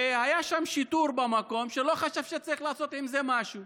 והיה שם שיטור במקום שלא חשב שצריך לעשות עם זה משהו.